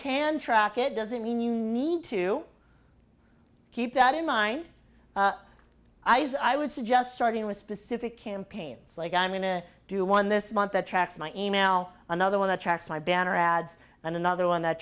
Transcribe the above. can track it doesn't mean you need to keep that in mind eyes i would suggest starting with specific campaigns like i'm going to do one this month that tracks my e mail another one that tracks my banner ads and another one that